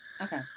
Okay